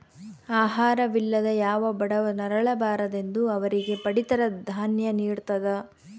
ಆಹಾರ ವಿಲ್ಲದೆ ಯಾವ ಬಡವ ನರಳ ಬಾರದೆಂದು ಅವರಿಗೆ ಪಡಿತರ ದಾನ್ಯ ನಿಡ್ತದ